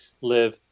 live